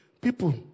people